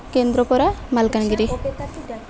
Kendrapara Malkangiri